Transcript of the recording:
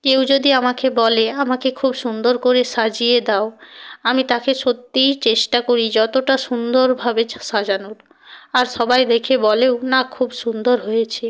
কেউ যদি আমাকে বলে আমাকে খুব সুন্দর করে সাজিয়ে দাও আমি তাকে সত্যিই চেষ্টা করি যতোটা সুন্দরভাবে সাজানোর আর সবাই দেখে বলেও না খুব সুন্দর হয়েছে